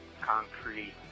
concrete